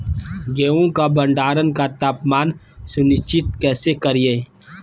गेहूं का भंडारण का तापमान सुनिश्चित कैसे करिये?